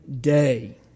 day